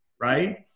Right